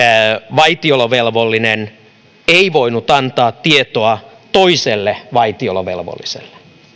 vaitiolovelvollinen ei voinut antaa tietoa toiselle vaitiolovelvolliselle